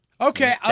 okay